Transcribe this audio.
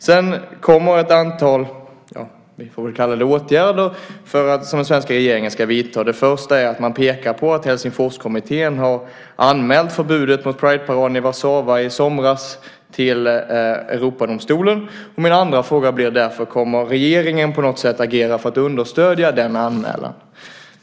Sedan kommer ett antal åtgärder, får vi väl kalla det, som den svenska regeringen ska vidta. Det första är att man pekar på att Helsingforskommittén har anmält förbudet mot Prideparaden i Warszawa i somras till Europadomstolen. Min andra fråga blir därför: Kommer regeringen på något sätt att agera för att understödja den anmälan?